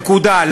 נקודה.